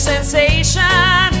sensation